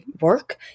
work